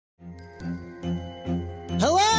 Hello